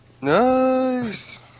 Nice